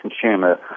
consumer